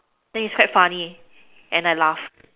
then he step funny and I laugh